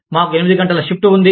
మాకు ఎనిమిది గంటల షిఫ్ట్ ఉంది